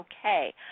okay